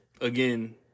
again